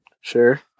sure